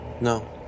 No